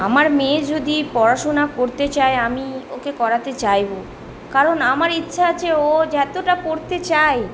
আমার মেয়ে যদি পড়াশোনা করতে চায় আমি ওকে করাতে চাইবো কারণ আমার ইচ্ছা আছে ও যতোটা পড়তে চায়